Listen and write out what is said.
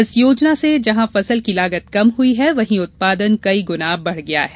इस योजना से जहां फसल की लागत कम हुई है वहीं उत्पादन कई गुना बढ़ गया है